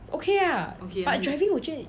okay ah but driving 我觉得